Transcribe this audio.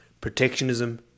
protectionism